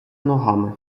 ногами